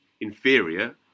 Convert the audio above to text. inferior